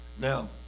Now